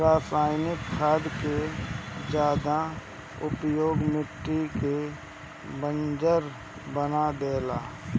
रासायनिक खाद के ज्यादा उपयोग मिट्टी के बंजर बना देला